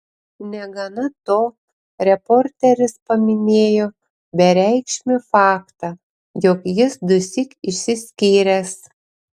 negana to reporteris paminėjo bereikšmį faktą jog jis dusyk išsiskyręs